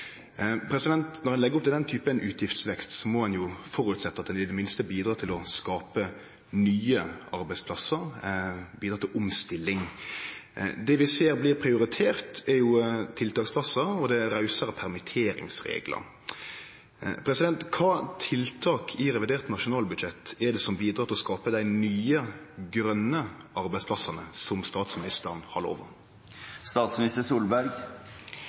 legg opp til den typen utgiftsvekst, må ein føresetje at det i det minste bidreg til å skape nye arbeidsplassar og til omstilling. Det vi ser blir prioritert, er tiltaksplassar og rausare permitteringsreglar. Kva tiltak i revidert nasjonalbudsjett bidreg til å skape dei nye, grøne arbeidsplassane, som statsministeren har lova?